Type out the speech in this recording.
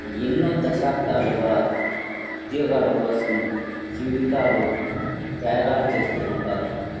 ఎన్నో దశాబ్దాలుగా ఉద్యోగాల కోసం జీవితాలు త్యాగాలు చేస్తూ ఉంటారు